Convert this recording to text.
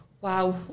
wow